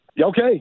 okay